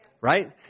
Right